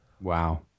wow